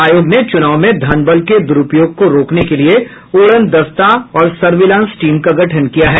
आयोग ने चुनाव में धन बल के द्रूपयोग को रोकने के लिए उड़नदस्ता और सर्विलांस टीम का गठन किया है